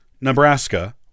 Nebraska